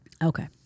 Okay